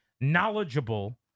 knowledgeable